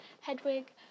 Hedwig